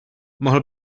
mohl